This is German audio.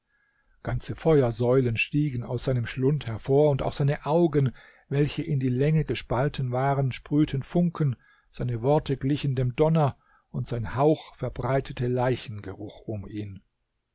ganze feuersäulen stiegen aus seinem schlund hervor und auch seine augen welche in die länge gespalten waren sprühten funken seine worte glichen dem donner und sein hauch verbreitete leichengeruch um ihn